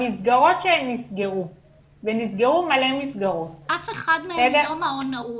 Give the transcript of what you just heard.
המסגרות שנסגרו ונסגרו מלא מסגרות --- אף אחד מהם הוא לא מעון נעול.